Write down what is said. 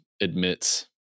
admits